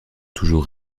toujours